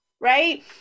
right